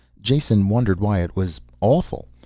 jason wondered why it was awful.